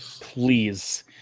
please